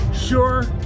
sure